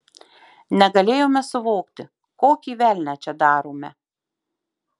negalėjome suvokti kokį velnią čia darome